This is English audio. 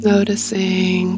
Noticing